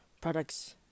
products